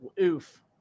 Oof